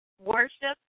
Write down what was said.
worship